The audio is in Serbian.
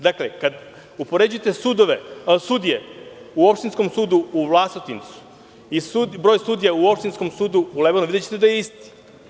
Dakle, kada upoređujete sudije, u opštinskom sudu u Vlasotincu i broj sudija u opštinskom sudu u Lebanima, videćete da je isti.